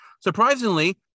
Surprisingly